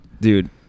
Dude